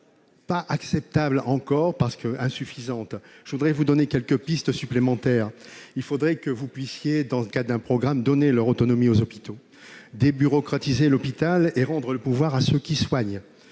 acceptables, car elles sont insuffisantes. Je voudrais vous donner quelques pistes supplémentaires. Il faudrait que vous puissiez, dans le cadre d'un programme, donner leur autonomie aux hôpitaux, débureaucratiser l'hôpital, rendre le pouvoir à ceux qui soignent